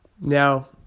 now